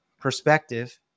perspective